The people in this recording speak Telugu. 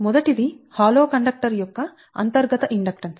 మొదటిది హాలోబోలు కండక్టర్ యొక్క అంతర్గత ఇండక్టెన్స్